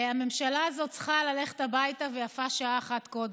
הממשלה הזאת צריכה ללכת הביתה, ויפה שעה אחת קודם.